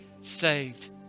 saved